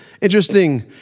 interesting